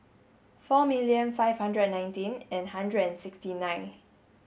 four million five hundred and nineteen and one hundred and sixty nine